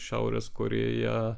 šiaurės korėja